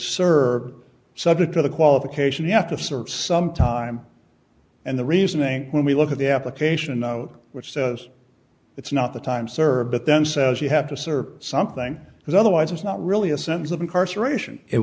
server subject to the qualification you have to serve some time and the reasoning when we look at the application out which says it's not the time serve but themselves you have to serve something because otherwise it's not really a sense of incarceration i